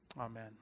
Amen